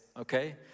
okay